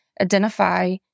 identify